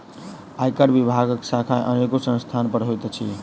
आयकर विभागक शाखा अनेको स्थान पर होइत अछि